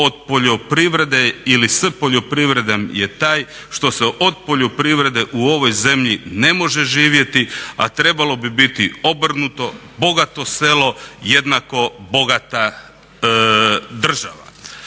od poljoprivrede ili s poljoprivredom je taj što se od poljoprivrede u ovoj zemlji ne može živjeti, a trebalo bi biti obrnuto, bogato selo jednako bogata država.